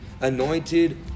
anointed